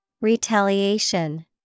Retaliation